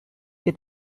que